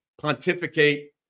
pontificate